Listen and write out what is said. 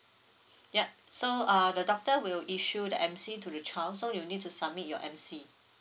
yup so uh the doctor will issue the M_C to the child so you need to submit your M_C